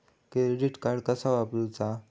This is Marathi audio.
क्रेडिट कार्ड कसा वापरूचा?